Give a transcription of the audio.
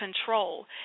control